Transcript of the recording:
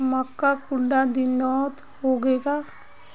मक्का कुंडा दिनोत उगैहे?